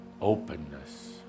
openness